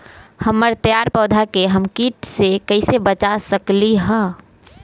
हमर तैयार पौधा के हम किट से कैसे बचा सकलि ह?